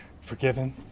forgiven